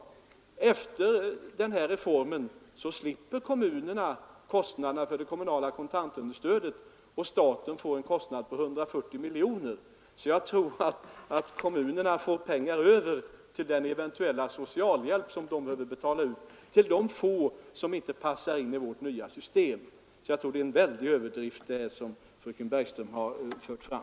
Efter denna reform slipper kommunerna kostnaderna för det kommunala kontantunderstödet, och staten får en kostnad på 140 miljoner kronor. Jag tror därför att kommunerna får pengar över till den eventuella socialhjälp som de behöver betala ut till de få som inte passar in i vårt nya system. Jag tror därför att det ligger en väldig överdrift i det som fröken Bergström fört fram.